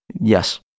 Yes